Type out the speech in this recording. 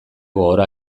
gogora